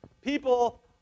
People